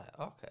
okay